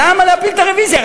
למה להפיל את הרוויזיה?